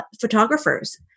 photographers